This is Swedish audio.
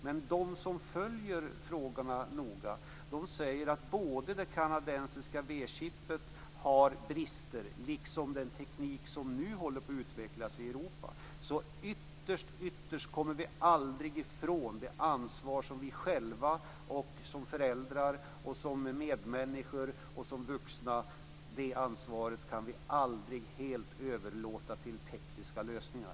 Men de som följer frågorna noga säger att det finns brister både hos det kanadensiska V-chipset och den teknik som nu håller på att utvecklas i Europa. Ytterst kommer vi aldrig ifrån det ansvar vi själva har, som föräldrar och vuxna medmänniskor. Det ansvaret kan vi aldrig helt överlåta till tekniska lösningar.